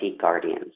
guardians